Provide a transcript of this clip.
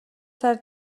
сар